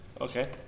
Okay